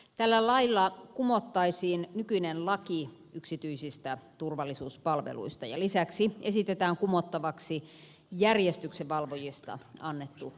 tällä lailla kumottaisiin nykyinen laki yksityisistä turvallisuuspalveluista ja lisäksi esitetään kumottavaksi järjestyksenvalvojista annettu laki